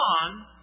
on